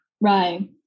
Right